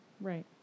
right